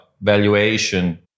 valuation